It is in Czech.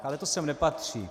Ale to sem nepatří.